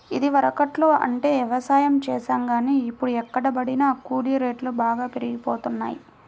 ఇదివరకట్లో అంటే యవసాయం చేశాం గానీ, ఇప్పుడు ఎక్కడబట్టినా కూలీ రేట్లు బాగా పెరిగిపోతన్నయ్